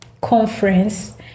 conference